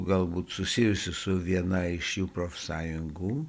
galbūt susijusių su viena iš jų profsąjungų